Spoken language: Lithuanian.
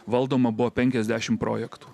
valdoma buvo penkiasdešim projektų